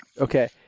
Okay